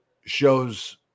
shows